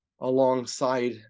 alongside